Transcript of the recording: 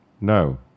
No